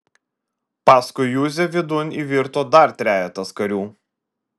paskui juzę vidun įvirto dar trejetas karių